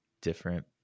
different